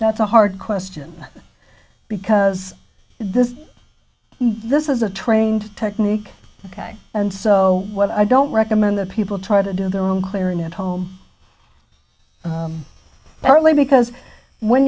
that's a hard question because this this is a trained technique ok and so what i don't recommend that people try to do their own clarinet home early because when